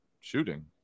shooting